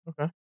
Okay